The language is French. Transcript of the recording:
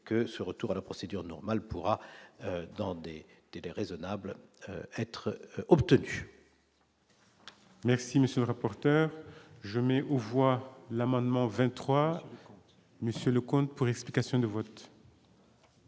que ce retour à la procédure normale pourra Dender qui déraisonnable être obtenu. Merci, monsieur le rapporteur, je mets aux voix l'amendement 23 monsieur Leconte pour l'explication de vote.